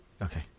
Okay